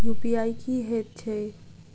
UPI की हएत छई?